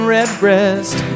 Redbreast